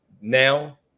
now